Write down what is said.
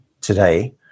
today